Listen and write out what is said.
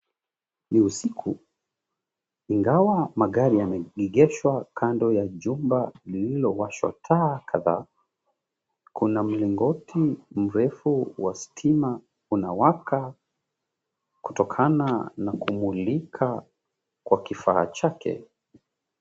Ni usiku. Ingawa magari yameegeshwa kando ya jumba lililowashwa taa kadhaa, kuna mlingoti mrefu wa stima unawaka, kutokana na kumulika kwa kifaa chake.